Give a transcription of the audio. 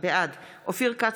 בעד אופיר כץ,